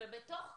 בתוך כך,